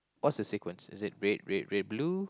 what's the sequence is it red red red blue